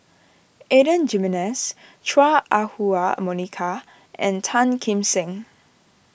Adan Jimenez Chua Ah Huwa Monica and Tan Kim Seng